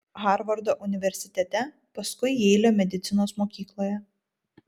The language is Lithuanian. harvardo universitete paskui jeilio medicinos mokykloje